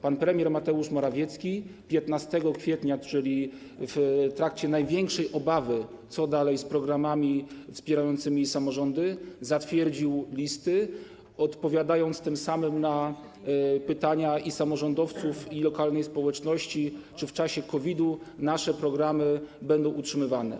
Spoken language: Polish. Pan premier Mateusz Morawiecki 15 kwietnia, czyli wtedy kiedy była największa obawa, co dalej z programami wspierającymi samorządy, zatwierdził listy, odpowiadając tym samym na pytania i samorządowców, i lokalnej społeczności, czy w czasie COVID-u nasze programy będą utrzymywane.